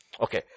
Okay